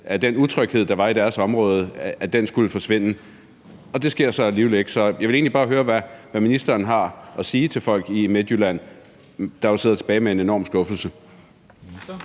at den utryghed, der var i deres område, skulle forsvinde, og det sker så alligevel ikke. Så jeg vil egentlig bare høre, hvad ministeren har at sige til folk i Midtjylland, der jo sidder tilbage med en enorm skuffelse.